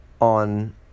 On